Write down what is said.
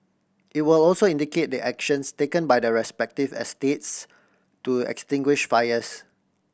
it will also indicate the actions taken by the respective estates to extinguish fires